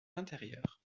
intérieur